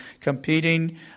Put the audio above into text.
competing